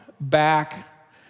back